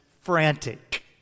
frantic